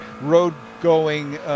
road-going